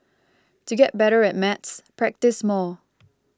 to get better at maths practise more